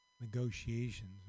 negotiations